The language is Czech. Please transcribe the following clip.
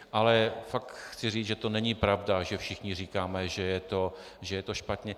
Ale fakt chci říci, že to není pravda, že všichni říkáme, že je to špatně.